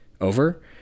over